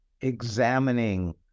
examining